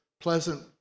pleasant